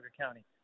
County